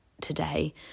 today